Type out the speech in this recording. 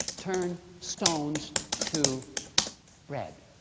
turn stones to bread.